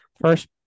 first